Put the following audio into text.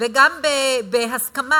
וגם בהסכמה,